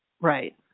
Right